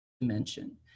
dimension